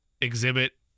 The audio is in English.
exhibit